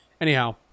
Anyhow